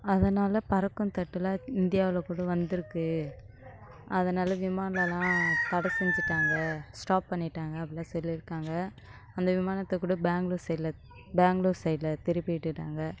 அதனால் பறக்கும் தட்டெலாம் இந்தியாவில் கூட வந்திருக்கு அதனால விமானலாம் தடை செஞ்சுட்டாங்க ஸ்டாப் பண்ணிட்டாங்க அப்படிலாம் சொல்லியிருக்காங்க அந்த விமானத்தை கூட பேங்ளூர் சைடில் பேங்ளூர் சைடில் திருப்பி விட்டுட்டாங்க